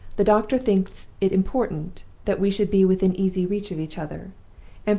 the doctor thinks it important that we should be within easy reach of each other,